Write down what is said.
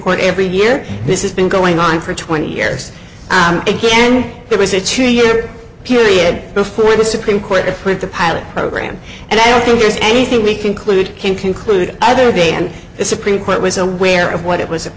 court every year this is been going on for twenty years again there was a two year period before the supreme court if we had the pilot program and i think there's anything we conclude can conclude either be and the supreme court was aware of what it was a